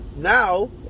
now